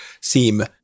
seem